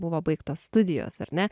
buvo baigtos studijos ar ne